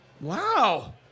Wow